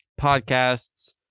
podcasts